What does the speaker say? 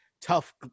tough